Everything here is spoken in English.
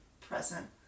present